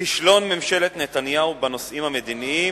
כישלון ממשלת נתניהו בנושאים המדיניים,